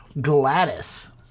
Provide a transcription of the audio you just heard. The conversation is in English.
Gladys